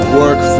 work